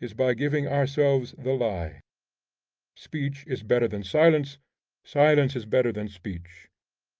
is by giving ourselves the lie speech is better than silence silence is better than speech